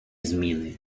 зміни